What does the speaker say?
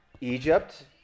Egypt